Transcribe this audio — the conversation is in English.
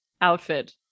outfit